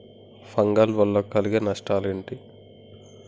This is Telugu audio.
ఫంగల్ వల్ల కలిగే నష్టలేంటి?